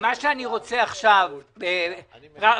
אני מבקש שתעשה סדר.